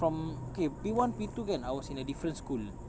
from okay P one P two kan I was in a different school